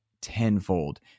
tenfold